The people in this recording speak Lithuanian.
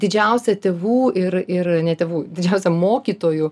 didžiausia tėvų ir ir ne tėvų didžiausia mokytojų